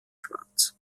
schwarz